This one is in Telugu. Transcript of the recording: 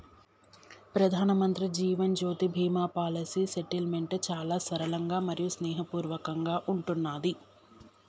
ప్రధానమంత్రి జీవన్ జ్యోతి బీమా పాలసీ సెటిల్మెంట్ చాలా సరళంగా మరియు స్నేహపూర్వకంగా ఉంటున్నాది